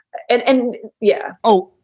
and and yeah oh,